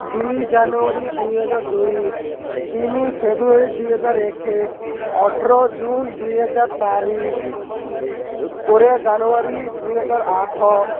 ଦୁଇ ଜାନୁଆରୀ ଦୁଇ ହଜାର ଦୁଇ ତିନି ଫେବୃଆରୀ ଦୁଇ ହଜାର ଏକ ଅଠର ଜୁନ୍ ଦୁଇ ହଜାର ଚାରି କୋଡ଼ିଏ ଜାନୁଆରୀ ଦୁଇ ହଜାର ଆଠ